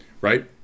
right